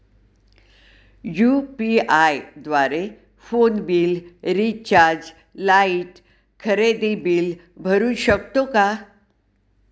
UPI द्वारे phone bill, recharge, light, खरेदी bill भरू शकतो का?